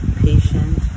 patient